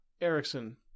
erickson